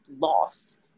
loss